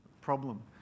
problem